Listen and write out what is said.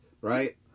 right